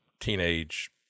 teenage